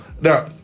Now